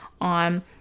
on